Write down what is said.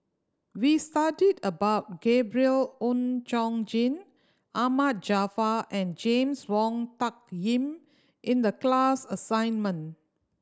we studied about Gabriel Oon Chong Jin Ahmad Jaafar and James Wong Tuck Yim in the class assignment